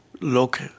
look